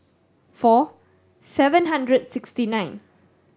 four seven hundred and sixty nine